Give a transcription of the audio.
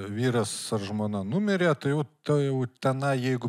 vyras ar žmona numirė tai jau tuojau tenai jeigu